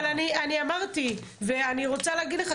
אני רוצה להגיד לך,